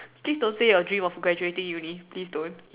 please don't say your dream of graduating uni please don't